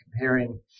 comparing